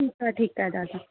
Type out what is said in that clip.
ठीकु आहे ठीकु आहे दादा